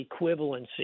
equivalency